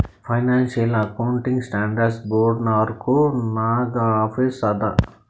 financial accounting standard board Norwalk ನಾಗ್ office ಅದಾ